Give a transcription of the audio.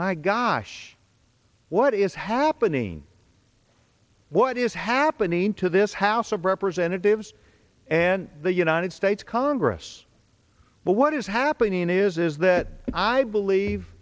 my gosh what is happening what is happening to this house of representatives and the united states congress but what is happening is is that i believe